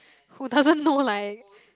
who doesn't know like